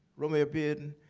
romare bearden,